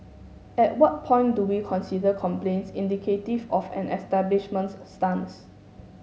at what point do we consider complaints indicative of an establishment's stance